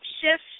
shift